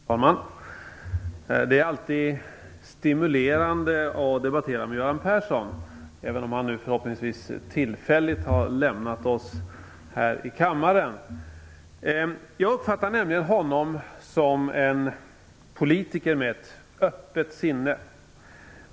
Fru talman! Det är alltid stimulerande att debattera med Göran Persson; han har förhoppningsvis tillfälligt lämnat oss här i kammaren. Jag uppfattar nämligen honom som en politiker med ett öppet sinne.